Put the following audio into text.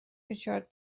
ریچارد